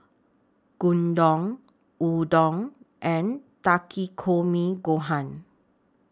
Gyudon Udon and Takikomi Gohan